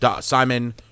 Simon